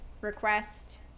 request